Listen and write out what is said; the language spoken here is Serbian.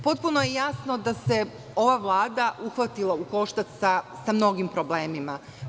Potpuno je jasno da se ova Vlada uhvatila u koštac sa mnogim problemima.